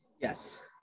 Yes